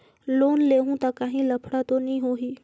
Loan लेहूं ता काहीं लफड़ा तो नी होहि?